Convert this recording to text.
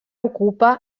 ocupa